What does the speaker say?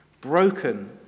Broken